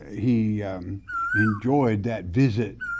he enjoyed that visit.